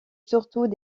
surtout